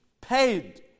paid